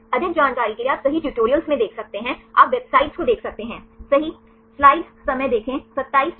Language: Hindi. अधिक जानकारी के लिए आप सही ट्यूटोरियल में देख सकते हैं आप वेबसाइटों को देख सकते हैं सही